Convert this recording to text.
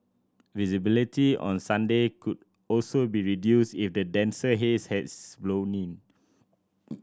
visibility on Sunday could also be reduced if the denser haze has blown in